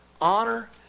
honor